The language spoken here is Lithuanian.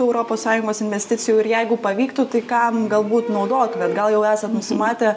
europos sąjungos investicijų ir jeigu pavyktų tai kam galbūt naudotumėt gal jau esat nusimatę